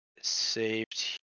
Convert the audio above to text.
saved